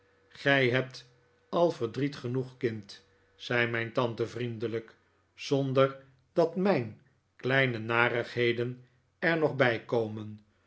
gij hebt al verdriet genoeg kind zei mijn tante vriendelijk zonder dat mijn kleine narigheden er nog bijkomen een